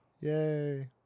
Yay